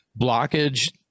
blockage